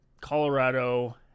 Colorado